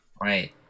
Right